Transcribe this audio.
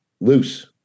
loose